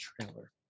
trailer